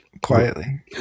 quietly